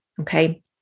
okay